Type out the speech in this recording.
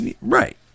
Right